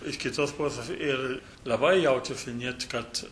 iš kitos pusės ir labai jaučiasi net kad